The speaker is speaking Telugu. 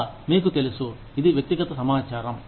మరల మీకు తెలుసు ఇది వ్యక్తిగత సమాచారం